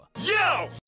yo